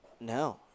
No